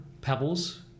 pebbles